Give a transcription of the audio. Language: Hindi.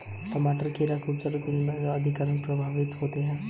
टमाटर, खीरा, खरबूजे और बीन्स एंथ्रेक्नोज से सबसे अधिक प्रभावित होते है